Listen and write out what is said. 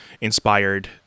inspired